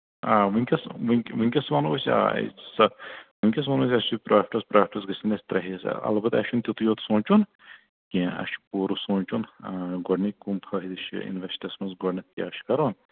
آ وٕنۍکٮ۪س وٕنۍ وٕنۍکٮ۪س وَنو أسۍ آ سہ وٕنۍکٮ۪س وَنو أسۍ اَسہِ چھُ پرٛافِٹَس پرٛافِٹَس گژھن اَسہِ ترٛےٚ حِصہٕ اَلبتہ اَسہِ چھُنہٕ تِتُے یوت سونٛچُن کیٚنٛہہ اَسہِ چھُ پوٗرٕ سونٛچُن آ گۄڈٕنٕکۍ کَم فٲہدٕ چھِ اِنوٮ۪سٹَس منٛز گۄڈٕنٮ۪تھ کیٛاہ چھِ کَرُن